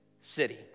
city